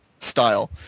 style